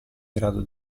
grado